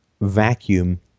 vacuum